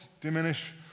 diminish